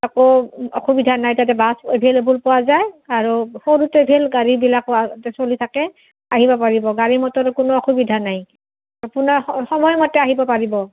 একো অসুবিধা নাই তাতে বাছ এভেইলেবল পোৱা যায় আৰু সৰু ট্ৰেভেল গাড়ীবিলাকো তাতে চলি থাকে আহিব পাৰিব গাড়ী মটৰৰ কোনো অসুবিধা নাই আপোনাৰ সময়মতে আহিব পাৰিব